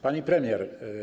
Pani Premier!